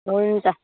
हुन्छ